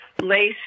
Lace